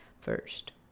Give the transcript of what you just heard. first